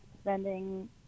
spending